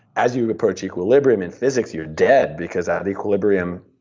as you approach equilibrium in physics you're dead, because that equilibrium,